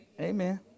Amen